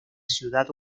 ciudad